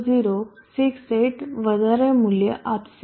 0068 વધારે મૂલ્ય આપશે